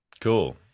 Cool